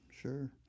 sure